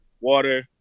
water